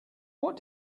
what